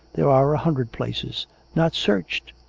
there are a hundred places not searched!